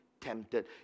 tempted